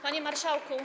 Panie Marszałku!